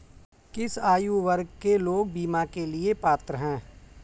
किस आयु वर्ग के लोग बीमा के लिए पात्र हैं?